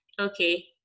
Okay